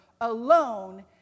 alone